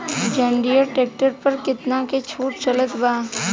जंडियर tractor पर कितना के छूट चलत बा?